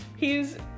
hes